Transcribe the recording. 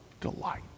delight